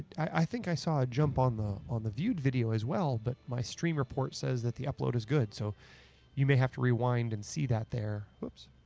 i think i saw a jump on the on the viewed video as well, but my stream report says that the upload is good. so you may have to rewind and see that there. whoops.